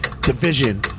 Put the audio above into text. division